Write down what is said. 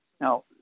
Now